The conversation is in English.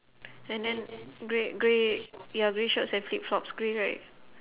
and then grey grey ya grey shorts and flip-flops grey right